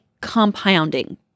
compounding